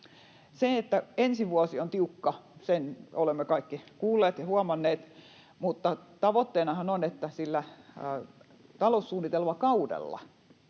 Sen, että ensi vuosi on tiukka, olemme kaikki kuulleet ja huomanneet, mutta tavoitteenahan on, että sillä taloussuunnitelmakaudella,